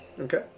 Okay